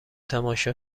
تماشا